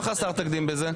מה חסר תקדים בזה?